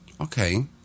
Okay